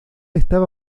estaba